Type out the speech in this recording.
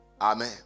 amen